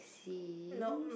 sea